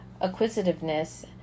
acquisitiveness